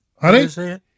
Honey